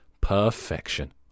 perfection